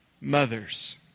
mothers